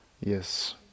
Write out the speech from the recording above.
Yes